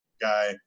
guy